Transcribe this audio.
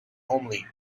homely